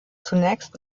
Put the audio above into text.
zunächst